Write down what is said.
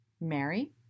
Mary